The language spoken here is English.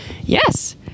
Yes